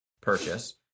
purchase